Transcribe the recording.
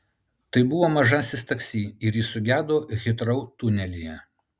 tai buvo mažasis taksi ir jis sugedo hitrou tunelyje